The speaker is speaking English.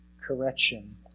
correction